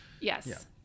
Yes